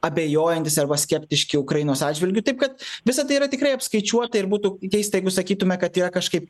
abejojantys arba skeptiški ukrainos atžvilgiu taip kad visa tai yra tikrai apskaičiuota ir būtų keista jeigu sakytume kad yra kažkaip